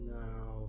now